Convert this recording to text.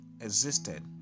existed